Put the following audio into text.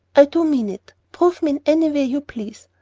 i do mean it prove me in any way you please.